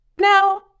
no